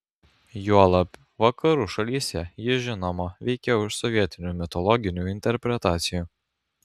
juolab vakarų šalyse ji žinoma veikiau iš sovietinių mitologinių interpretacijų